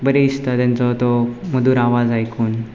बरें दिसता तांचो तो मधूर आवाज आयकून